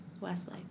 Wesley